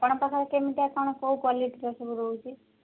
ଆପଣଙ୍କ କେମିତିଆ କ'ଣ କେଉଁ କ୍ୱାଲିଟିର ସବୁ ରହୁଛି